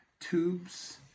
tubes